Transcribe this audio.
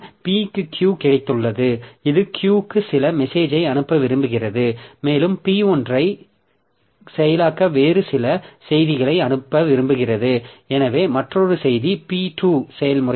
P க்கு Q கிடைத்துள்ளது இது Q க்கு சில மெசேஜ்யை அனுப்ப விரும்புகிறது மேலும் P1 ஐ செயலாக்க வேறு சில செய்திகளை அனுப்ப விரும்புகிறது எனவே மற்றொரு செய்தி P2 செயல்முறைக்கு